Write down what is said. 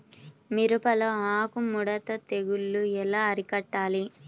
మిరపలో ఆకు ముడత తెగులు ఎలా అరికట్టాలి?